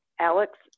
Alex